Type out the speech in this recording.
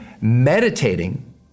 meditating